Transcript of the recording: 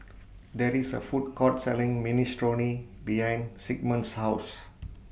There IS A Food Court Selling Minestrone behind Sigmund's House